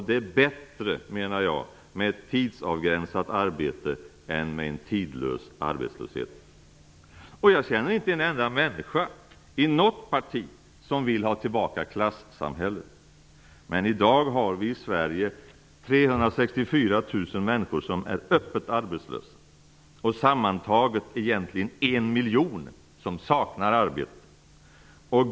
Det är bättre med ett tidsavgränsat arbete än med tidlös arbetslöshet. Jag känner inte en enda människa i något parti som vill ha tillbaka klassamhället. Men i dag har vi i Sverige 364 000 människor som är öppet arbetslösa och sammantaget egentligen 1 miljon som saknar arbete.